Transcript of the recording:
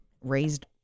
raised